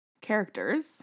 characters